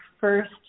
first